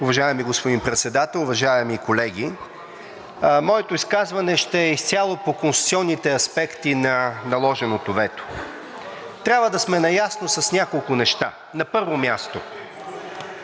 Уважаеми господин Председател, уважаеми колеги! Моето изказване ще е изцяло по конституционните аспекти на наложеното вето. Трябва да сме наясно с няколко неща. На първо място,